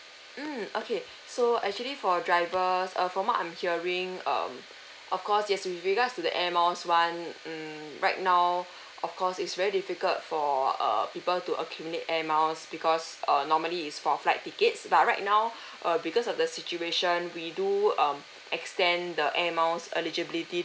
mm okay so actually for driver uh from what I'm hearing um of course yes with regards to the air miles one mm right now of course is very difficult for err people to accumulate air miles because uh normally is for flight tickets but right now uh because of the situation we do um extend the air miles eligibility